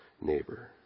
neighbor